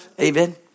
Amen